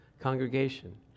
congregation